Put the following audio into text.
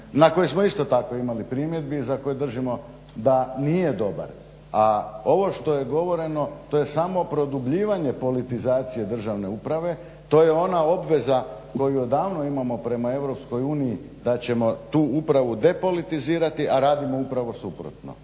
na koji smo isto tako imali primjedbi i za koji držimo da nije dobar. A ovo što je govoreno to je samo produbljivanje politizacije državne uprave, to je ona obveza koju odavno imamo prema EU da ćemo tu upravo depolitizirati, a radimo upravo suprotno.